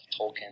Tolkien